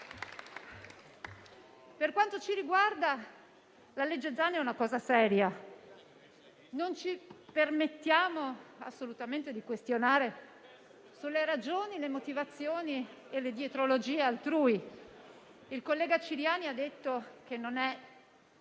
Per quanto ci riguarda il disegno di legge Zan è una cosa seria. Non ci permettiamo assolutamente di questionare sulle ragioni, le motivazioni e le dietrologie altrui. Il collega Ciriani ha detto che non è